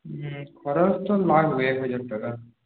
হ্যাঁ খরচ তো লাগবে এক হাজার টাকা